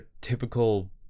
typical